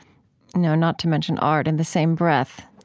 know, not to mention art in the same breath,